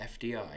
FDI